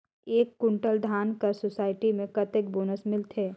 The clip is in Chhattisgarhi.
एक कुंटल धान कर सोसायटी मे कतेक बोनस मिलथे?